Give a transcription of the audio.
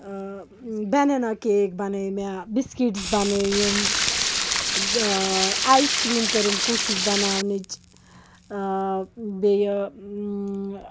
banana cake بَنٲے مےٚ biscuits بَنٲیِم آیِس کرٛیٖم کٔرم کوٗشِش بَناونٕچ بیٚیہِ